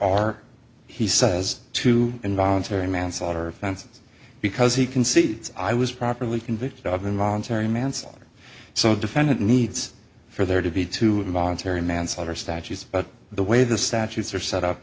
are he says to involuntary manslaughter for instance because he concedes i was properly convicted of involuntary manslaughter so defendant needs for there to be to involuntary manslaughter statutes but the way the statutes are set up